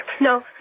No